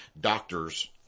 doctors